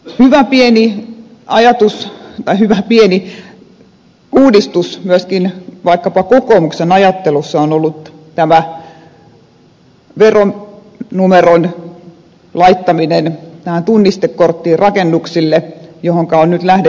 hyvä pieni uudistus vaikkapa kokoomuksen ajattelussa on ollut tämä veronumeron laittaminen tunnistekorttiin rakennuksille johon on nyt lähdetty mukaan